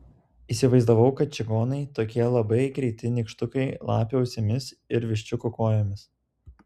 įsivaizdavau kad čigonai tokie labai greiti nykštukai lapių ausimis ir viščiukų kojomis